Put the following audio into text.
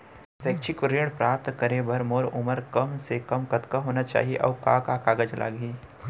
शैक्षिक ऋण प्राप्त करे बर मोर उमर कम से कम कतका होना चाहि, अऊ का का कागज लागही?